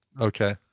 Okay